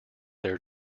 their